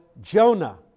Jonah